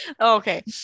okay